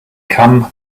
come